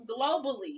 globally